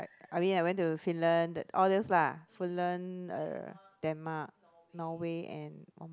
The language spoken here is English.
I mean I went to Finland that all those lah Finland err Denmark Norway and one more